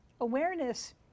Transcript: Awareness